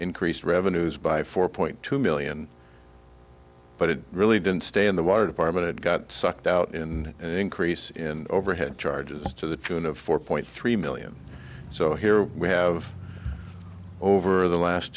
increased revenues by four point two million but it really didn't stay in the water department and got sucked out in an increase in overhead charges to the tune of four point three million so here we have over the last